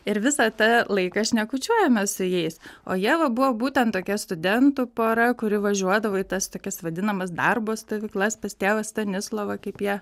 ir visą tą laiką šnekučiuojamės su jais o jie va buvo būtent tokia studentų pora kuri važiuodavo į tas tokias vadinamas darbo stovyklas pas tėvą stanislovą kaip jie